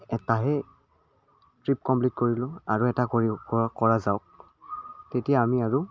এটাহে trip complete কৰিলোঁ আৰু এটা কৰি কৰা যাওক তেতিয়া আমি আৰু